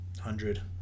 hundred